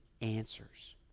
answers